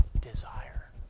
Desire